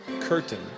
Curtain